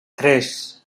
tres